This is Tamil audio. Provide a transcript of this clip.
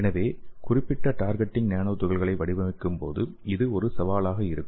எனவே குறிப்பிட்ட டார்கெட்டிங்க் நானோ துகள்களை வடிவமைக்கும்போது இது ஒரு சவாலாக இருக்கும்